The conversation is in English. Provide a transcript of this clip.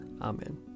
Amen